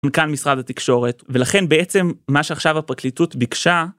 מכאן משרד התקשורת, ולכן בעצם מה שעכשיו הפרקליטות ביקשה